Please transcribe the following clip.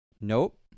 Nope